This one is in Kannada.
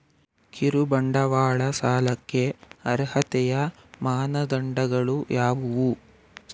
ಕಿರುಬಂಡವಾಳ ಸಾಲಕ್ಕೆ ಅರ್ಹತೆಯ ಮಾನದಂಡಗಳು ಯಾವುವು?